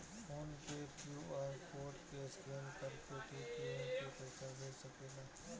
phone पे QR code के स्केन करके तू केहू के पईसा भेज सकेला